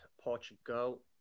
Portugal